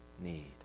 need